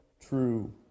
true